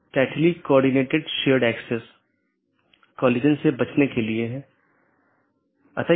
यह मूल रूप से स्केलेबिलिटी में समस्या पैदा करता है